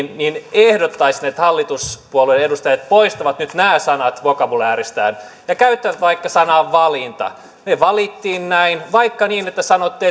ehdottaisin että hallituspuolueiden edustajat poistavat nyt nämä sanat vokabulääristään ja käyttävät vaikka sanaa valinta me valitsimme näin vaikka niin että sanotte